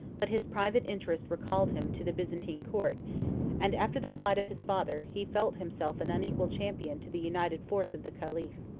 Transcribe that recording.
but his private interest recalled him to the byzantine court and, after the flight of his father, he felt himself an unequal champion to the united force of the caliph.